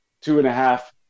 two-and-a-half